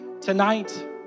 tonight